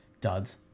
duds